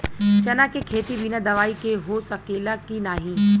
चना के खेती बिना दवाई के हो सकेला की नाही?